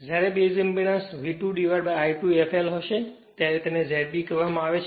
જ્યારે base impedance V2I2 fl હશે ત્યારે તેને ZB કહેવામાં આવે છે